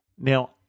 Now